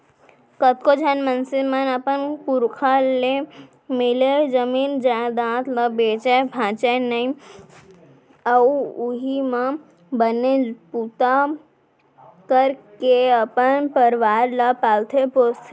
कतको झन मनसे मन अपन पुरखा ले मिले जमीन जयजाद ल बेचय भांजय नइ अउ उहीं म बने बूता करके अपन परवार ल पालथे पोसथे